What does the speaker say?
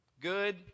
good